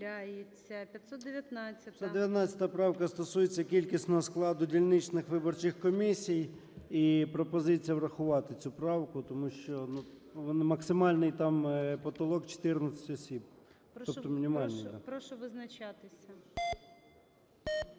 519 правка стосується кількісного складу дільничних виборчих комісій. І пропозиція врахувати цю правку, тому що, ну, максимальний там потолок – 14 осіб. Тобто